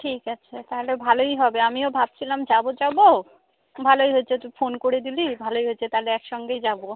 ঠিক আছে তাহলে ভালোই হবে আমিও ভাবছিলাম যাবো যাবো ভালোই হয়েছে তু ফোন করে দিলি ভালোই হয়েছে তাহলে একসঙ্গেই যাবো